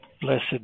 blessed